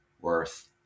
worth